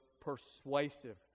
persuasive